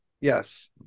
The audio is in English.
Yes